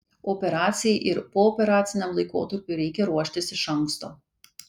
operacijai ir pooperaciniam laikotarpiui reikia ruoštis iš anksto